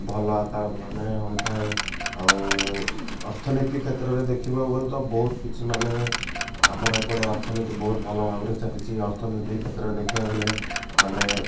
ଭଲ ଆକାରମାନେ ହୋଇଥାଏ ଆଉ ଅର୍ଥନୀତି କ୍ଷେତ୍ରରେ ଦେଖିବାକୁ ଗଲେ ତ ବହୁତ କିଛି ମାନେ ଆମର ଏପଟେ ଅର୍ଥନୀତି ବହୁତ ଭଲ ଭାବରେ ଚାଲିଛି ଅର୍ଥନୀତି କ୍ଷେତ୍ରରେ ଦେଖିବାକୁ ଗଲେ ମାନେ